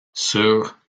sur